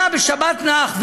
אתה בשבת נח,